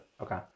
Okay